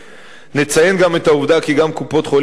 נציין גם את העובדה כי גם קופות-חולים מפעילות